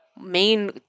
main